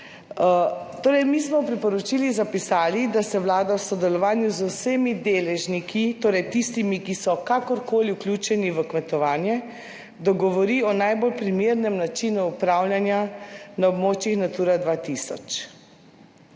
Torej, mi smo v priporočilih zapisali, da se Vlada v sodelovanju z vsemi deležniki, torej tistimi, ki so kakorkoli vključeni v kmetovanje, dogovori o najbolj primernem načinu upravljanja na območjih Natura 2000.